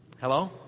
Hello